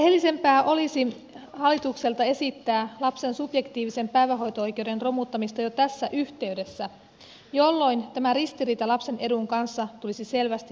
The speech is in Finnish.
rehellisempää olisi hallitukselta esittää lapsen subjektiivisen päivähoito oikeuden romuttamista jo tässä yhteydessä jolloin tämä ristiriita lapsen edun kanssa tulisi selvästi näkyviin